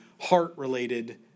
heart-related